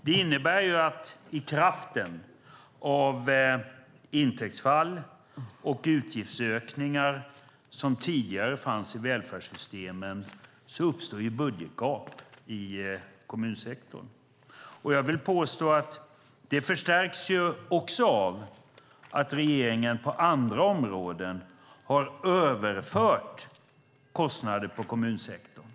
Det innebär att i kraft av intäktsfall och utgiftsökningar som tidigare fanns i välfärdssystemen uppstår budgetgap i kommunsektorn. Jag vill påstå att detta förstärks av att regeringen på andra områden har överfört kostnader på kommunsektorn.